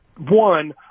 one –